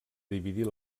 dividir